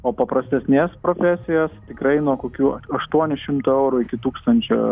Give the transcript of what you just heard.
o paprastesnės profesijos tikrai nuo kokių aštuonių šimtų eurų iki tūkstančio